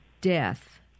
death